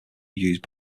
used